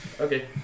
Okay